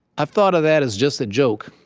i've thought of that as just a joke.